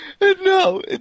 No